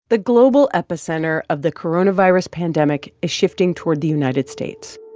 the global epicenter of the coronavirus pandemic is shifting toward the united states.